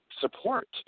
support